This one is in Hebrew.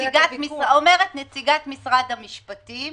צריך להכריע את הוויכוח.